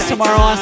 Tomorrow